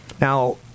now